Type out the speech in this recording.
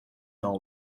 all